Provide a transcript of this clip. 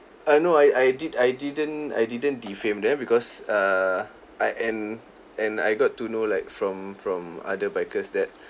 uh no I I did I didn't I didn't defame them because err I and and I got to know like from from other bikers that